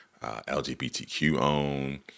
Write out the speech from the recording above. LGBTQ-owned